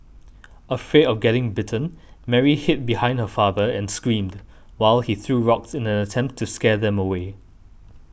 afraid of getting bitten Mary hid behind her father and screamed while he threw rocks in an attempt to scare them away